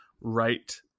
right